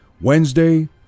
Wednesday